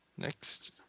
Next